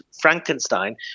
Frankenstein